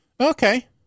Okay